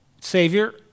Savior